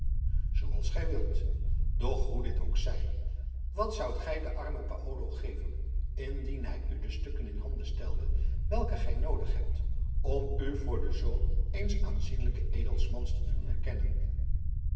zooals gij wilt doch hoe dit ook zij wat zoudt gij den armen paolo geven indien hij u de stukken in handen stelde welke gij noodig hebt om u voor den zoon eens aanzienlijken edelmans te doen herkennen